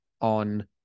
on